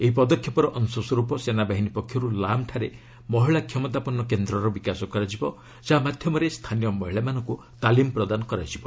ଏହି ପଦକ୍ଷେପର ଅଂଶ ସ୍ୱରୂପ ସେନାବାହିନୀ ପକ୍ଷରୁ ଲାମ୍ଠାରେ ମହିଳା କ୍ଷମତାପନ୍ନ କେନ୍ଦ୍ରର ବିକାଶ କରାଯିବ ଯାହା ମାଧ୍ୟମରେ ସ୍ଥାନୀୟ ମହିଳାମାନଙ୍କୁ ତାଲିମ ପ୍ରଦାନ କରାଯିବ